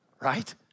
Right